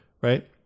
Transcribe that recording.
right